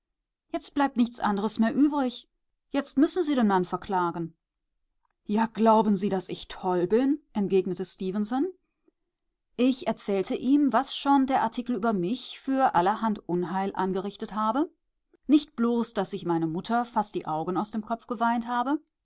jetzt bleibt nicht anderes mehr übrig jetzt müssen sie den mann verklagen ja glauben sie daß ich toll bin entgegnete stefenson ich erzählte ihm was schon der artikel über mich für allerhand unheil angerichtet habe nicht bloß daß sich meine mutter fast die augen aus dem kopfe geweint habe